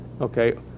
okay